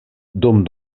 dum